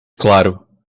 claro